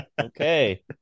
Okay